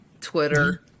Twitter